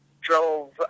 drove